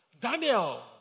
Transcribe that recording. Daniel